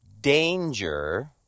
danger